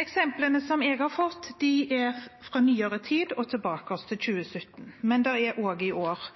Eksemplene som jeg har fått, er fra nyere tid og tilbake til 2017, men det er også fra i år.